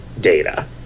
data